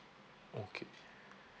okay